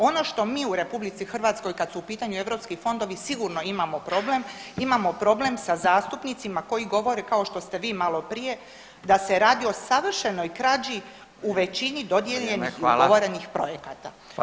Ono što mi u RH kad su u pitanju europski fondovi sigurno imamo problem, imamo problem sa zastupnicima koji govore kao što ste vi maloprije da se radi o savršenoj krađi u većini dodijeljenih [[Upadica Radin: vrijeme hvala.]] i ugovorenih projekata.